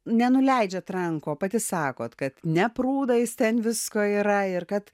nenuleidžiat rankų o pati sakot kad ne prūdais ten visko yra ir kad